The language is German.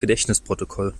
gedächtnisprotokoll